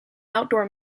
outdoor